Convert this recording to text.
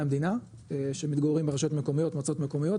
המדינה שמתגוררים ברשויות מקומיות מועצות מקומיות,